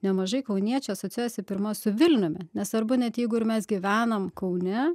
nemažai kauniečių asocijuojasi pirma su vilniumi nesvarbu net jeigu ir mes gyvenam kaune